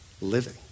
living